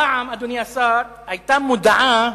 פעם, אדוני השר, היתה מודעה.